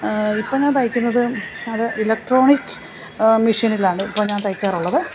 ഇപ്പം ഞാന് തയ്ക്കുന്നത് അത് ഇലക്ട്രോണിക് മെഷീനിലാണ് ഇപ്പോൾ ഞാന് തയ്ക്കാറുള്ളത്